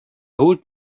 old